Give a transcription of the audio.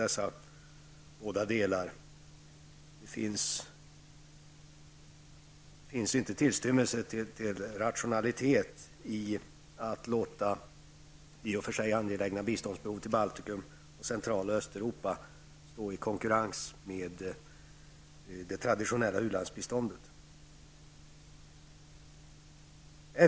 Det finns inte tillstymmelse till rationalitet i att låta i och för sig angelägna biståndsbehov beträffande Baltikum, Central och Östeuropa konkurrera med det traditionella u-landsbiståndet.